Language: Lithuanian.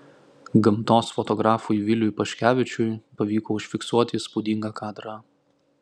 gamtos fotografui viliui paškevičiui pavyko užfiksuoti įspūdingą kadrą